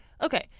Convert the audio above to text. okay